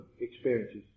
experiences